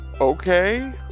Okay